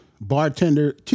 bartender